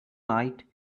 night